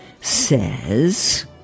says